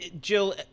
Jill